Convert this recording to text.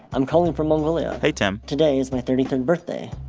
i'm calling from mongolia hey, tim today is my thirty third birthday.